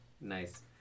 Nice